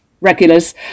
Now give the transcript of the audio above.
regulars